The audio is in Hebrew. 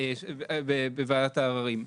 בוועדת הערערים.